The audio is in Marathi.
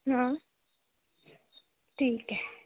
हां ठीक आहे